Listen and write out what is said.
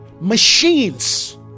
machines